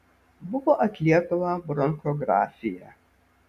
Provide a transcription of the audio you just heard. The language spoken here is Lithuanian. buvo atliekama bronchografija